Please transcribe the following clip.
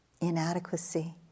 inadequacy